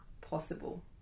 possible